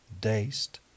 dazed